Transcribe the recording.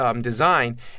design